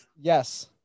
Yes